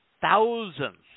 thousands